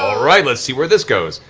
ah right, let's see where this goes.